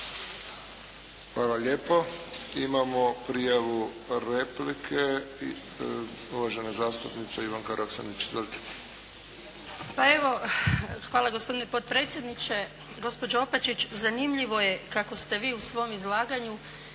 Hvala lijepo. Imamo prijavu replike, uvažena zastupnica Ivanka Roksandić. Izvolite. **Roksandić, Ivanka (HDZ)** Pa evo, hvala gospodine potpredsjedniče. Gospođo Opačić, zanimljivo je kako ste vi u svom izlaganju